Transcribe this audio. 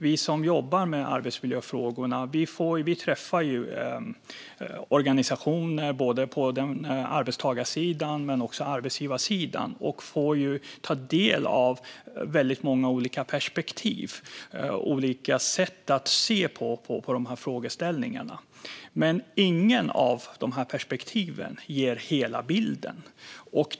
Vi som jobbar med arbetsmiljöfrågor träffar organisationer, både på arbetstagarsidan och på arbetsgivarsidan, och får ta del av väldigt många olika perspektiv och olika sätt att se på dessa frågeställningar. Men inget av dessa perspektiv ger hela bilden.